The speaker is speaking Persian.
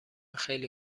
خیلی